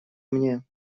мне